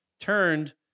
turned